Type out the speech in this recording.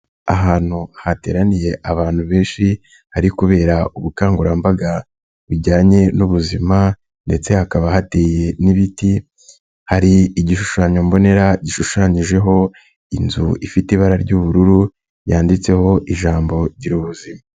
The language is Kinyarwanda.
Ahantu hateraniye abantu benshi hari kubera ubukangurambaga bijyanye n'ubuzima ndetse hakaba hateye n'ibiti, hari igishushanyo mbonera gishushanyijeho inzu ifite ibara ry'ubururu yanditseho ijambo gira ubuzima.